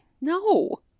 No